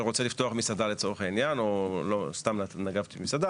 שרוצה לפתוח מסעדה וסתם נקבתי במסעדה